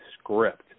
script